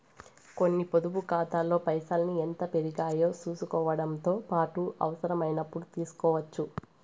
కొన్ని పొదుపు కాతాల్లో పైసల్ని ఎంత పెరిగాయో సూసుకోవడముతో పాటు అవసరమైనపుడు తీస్కోవచ్చు